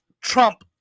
trump